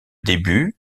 début